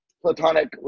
platonic